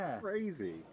crazy